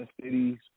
cities